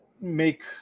make